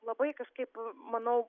labai kažkaip manau